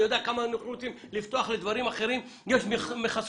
אני יודע כמה רוצים לפתוח לדברים אחרים אבל יש מכסות